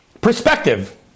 perspective